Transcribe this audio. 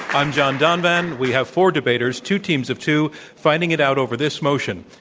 i'm john donvan. we have four debaters, two teams of two, fighting it out over this motion,